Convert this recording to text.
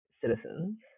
citizens